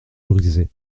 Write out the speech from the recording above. brisée